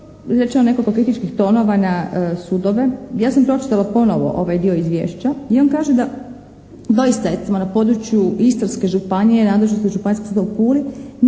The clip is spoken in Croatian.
je bilo izrečeno nekoliko kritičkih tonova na sudove. Ja sam pročitala ponovo ovaj dio izvješća i on kaže da doista recimo na području Istarske županije nadležnost Županijskog suda u Puli